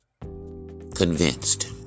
convinced